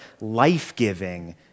life-giving